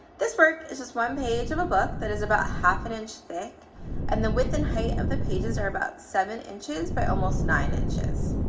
this work is just one page of a book that is about half an inch thick and the width and height of the pages are about seven inches by almost nine inches.